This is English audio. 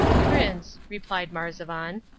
prince, replied marzavan,